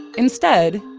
instead,